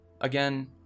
Again